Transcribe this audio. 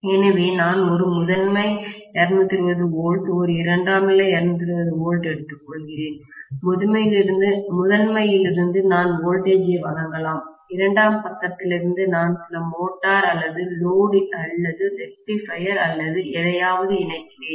எனவே நான் ஒரு முதன்மை 220 V ஒரு இரண்டாம் நிலை 220 Vஎடுத்துக்கொள்கிறேன் முதன்மையிலிருந்து நான் வோல்டேஜ் ஐ வழங்கலாம் இரண்டாம் பக்கத்திலிருந்து நான் சில மோட்டார் அல்லது லோடு அல்லது ரெக்ட்டிபயர் அல்லது எதையாவது இணைக்கிறேன்